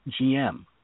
GM